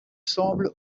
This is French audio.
semble